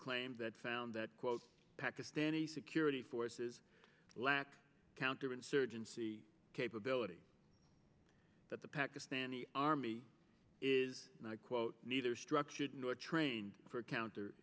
claim that found that quote pakistani security forces lack counterinsurgency capability that the pakistani army is not quote neither structured nor trained for counter